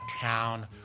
town